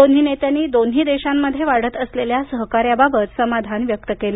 दोन्ही नेत्यांनी दोन्ही देशामध्ये वाढत असलेल्या सहकार्याबाबत समाधान व्यक्त केलं